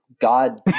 God